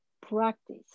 Practice